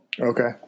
Okay